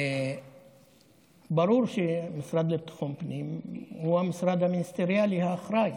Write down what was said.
ברור שהמשרד לביטחון פנים הוא המשרד המיניסטריאלי האחראי